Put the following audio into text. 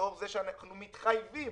לאור זה שאנחנו מתחייבים